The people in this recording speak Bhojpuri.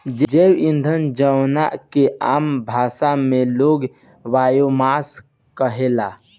जैव ईंधन जवना के आम भाषा में लोग बायोमास कहेला